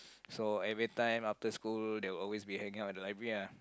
so every time after school they will always be hanging out at the library lah